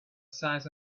size